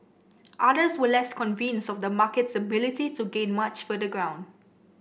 others were less convinced of the market's ability to gain much further ground